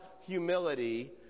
humility